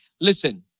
Listen